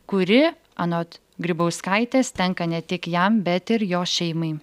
kuri anot grybauskaitės tenka ne tik jam bet ir jo šeimai